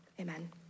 Amen